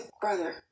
brother